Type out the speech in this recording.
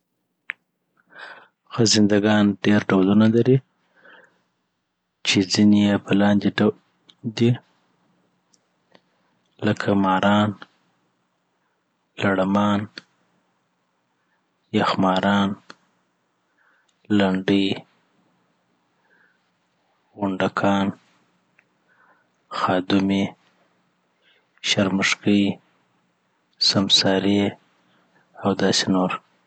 خزنده ګان ډیر ډولونه لري چي ځیني یی په لاندي ډول دی لکه ماران، لړمان، یخماران، لنډې، غونډکان، خادومې، شرمښکې، سمسارې، او داسي نور